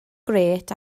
grêt